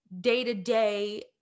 day-to-day